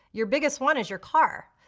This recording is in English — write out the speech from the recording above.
your biggest one is your car.